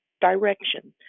Direction